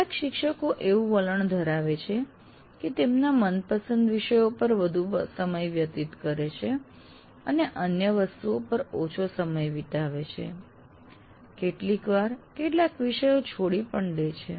કેટલાક શિક્ષકો એવું વલણ ધરાવે છે કે તેમના મનપસંદ વિષયો પર વધુ સમય વ્યતીત કરે છે અને અન્ય વસ્તુઓ પર ઓછો સમય વિતાવે છે કેટલીકવાર કેટલાક વિષયો છોડી પણ દે છે